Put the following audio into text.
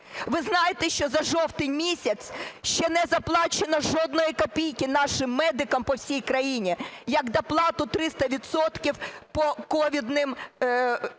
Ви знаєте, що за жовтень місяць ще не заплачено жодної копійки нашим медикам по всій країні як доплату 300 відсотків